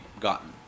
gotten